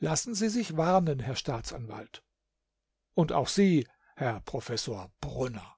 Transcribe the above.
lassen sie sich warnen herr staatsanwalt und auch sie herr professor brunner